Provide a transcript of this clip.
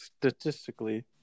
Statistically